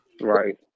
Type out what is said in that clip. Right